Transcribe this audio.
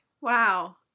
Wow